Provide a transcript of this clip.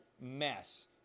mess